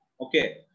okay